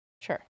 Sure